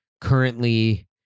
currently